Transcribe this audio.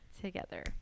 together